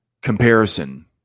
comparison